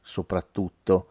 soprattutto